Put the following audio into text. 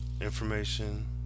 information